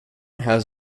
has